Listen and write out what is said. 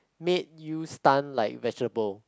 made you stun like vegetable